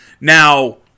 Now